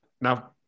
Now